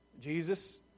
Jesus